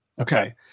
Okay